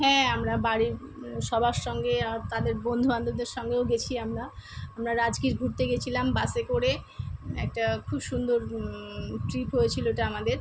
হ্যাঁ আমরা বাড়ির সবার সঙ্গে আর তাদের বন্ধু বান্ধবদের সঙ্গেও গেছি আমরা আমরা রাজগীর ঘুরতে গেছিলাম বাসে করে একটা খুব সুন্দর ট্রিপ হয়েছিল ওটা আমাদের